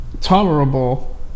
tolerable